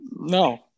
no